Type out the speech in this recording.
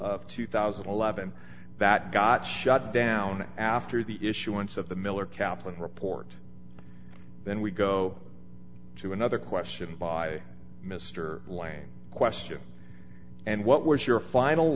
of two thousand and eleven that got shut down after the issuance of the miller kaplan report then we go to another question by mr lane question and what was your final